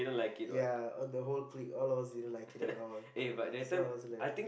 ya on the whole clique all of us didn't like it at all so I was like